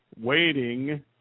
waiting